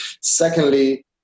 Secondly